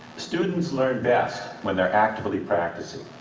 students learn best when they're actively practicing.